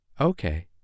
Okay